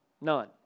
None